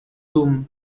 doom